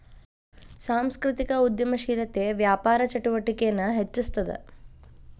ಸಾಂಸ್ಕೃತಿಕ ಉದ್ಯಮಶೇಲತೆ ವ್ಯಾಪಾರ ಚಟುವಟಿಕೆನ ಹೆಚ್ಚಿಸ್ತದ